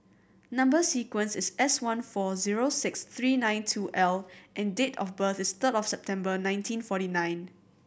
number sequence is S one four zero six three nine two L and date of birth is third of September nineteen forty nine